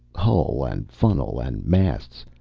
hull and funnel and masts,